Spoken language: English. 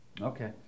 Okay